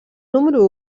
número